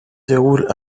déroulent